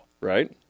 Right